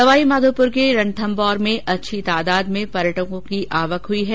सवाईमाधोपुर के रणथम्भौर में अच्छी तादाद में पर्यटकों की आवक हुई है